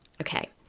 Okay